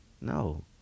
no